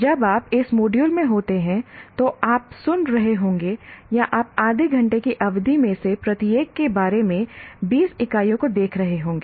जब आप इस मॉड्यूल में होते हैं तो आप सुन रहे होंगे या आप आधे घंटे की अवधि में से प्रत्येक के बारे में 20 इकाइयों को देख रहे होंगे